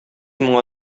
моңа